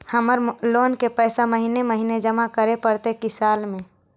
हमर लोन के पैसा महिने महिने जमा करे पड़तै कि साल में?